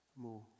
more